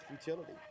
futility